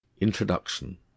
Introduction